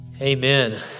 Amen